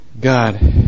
God